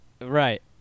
right